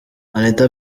anita